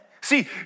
See